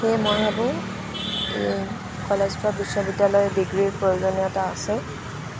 সেয়ে মই ভাবোঁ কলেজ বা বিশ্ববিদ্যালয়ৰ ডিগ্ৰীৰ প্ৰয়োজনীয়তা আছে